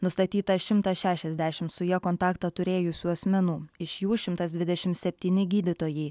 nustatyta šimtas šešiasdešimt su ja kontaktą turėjusių asmenų iš jų šimtas dvidešimt septyni gydytojai